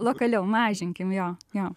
lokaliau mažinkim jo jo